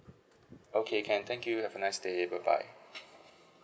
okay can thank you have a nice day bye bye